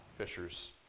Fishers